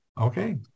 Okay